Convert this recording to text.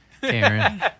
Karen